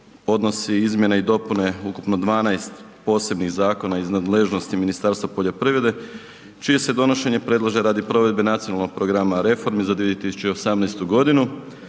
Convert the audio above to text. podnosi izmjene i dopune ukupno 12 posebnih zakona iz nadležnosti Ministarstva poljoprivrede čije se donošenje predlaže radi provede Nacionalnog programa reformi za 2018. godinu